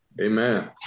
Amen